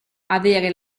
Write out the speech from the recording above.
avere